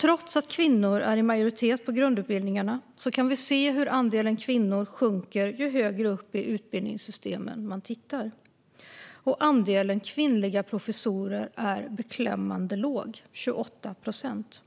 Trots att kvinnor är i majoritet på grundutbildningarna kan vi se hur andelen kvinnor sjunker ju högre upp i utbildningssystemen man tittar. Andelen kvinnliga professorer är beklämmande låg, 28 procent.